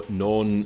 non